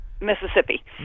Mississippi